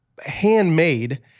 handmade